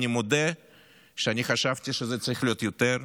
אני מודה שאני חשבתי שזה צריך להיות יותר,